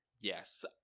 Yes